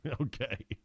Okay